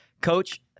Coach